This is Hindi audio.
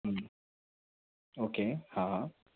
ओके हाँ हाँ